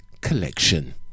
collection